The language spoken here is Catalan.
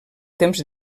temps